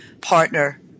partner